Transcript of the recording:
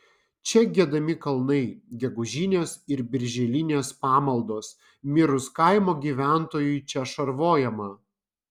čia giedami kalnai gegužinės ir birželinės pamaldos mirus kaimo gyventojui čia šarvojama